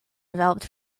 developed